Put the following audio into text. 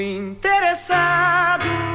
interessado